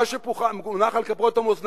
מה שמונח על כפות המאזניים